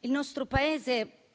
Il nostro Paese,